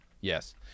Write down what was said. Yes